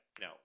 no